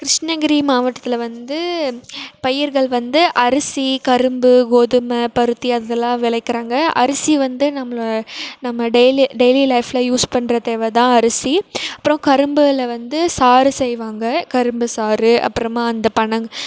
கிருஷ்ணகிரி மாவட்டத்தில் வந்து பயிர்கள் வந்து அரிசி கரும்பு கோதுமை பருத்தி அதலாம் விளைக்கிறாங்க அரிசி வந்து நம்ம நம்ம டெய்லி டெய்லி லைஃப்பில் யூஸ் பண்ற தேவை தான் அரிசி அப்புறம் கரும்பில் வந்து சாறு செய்வாங்க கரும்பு சாறு அப்புறமா அந்த பணங்